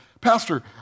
Pastor